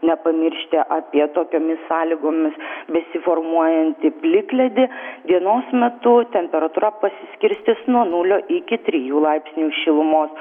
nepamiršti apie tokiomis sąlygomis besiformuojantį plikledį dienos metu temperatūra pasiskirstys nuo nulio iki trijų laipsnių šilumos